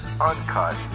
uncut